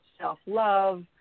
self-love